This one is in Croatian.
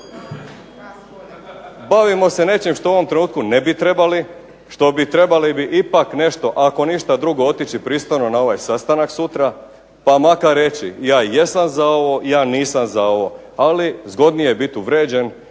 bavimo nečim što u ovom trenutku ne bi trebali, što bi trebali ipak nešto, ako ništa drugo otići pristojno na ovaj sastanak sutra pa makar reći ja jesam za ovo, ja nisam za ovo, ali zgodnije je biti uvrijeđen